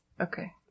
Okay